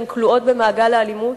והן כלואות במעגל האלימות,